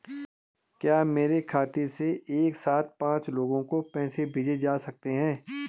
क्या मेरे खाते से एक साथ पांच लोगों को पैसे भेजे जा सकते हैं?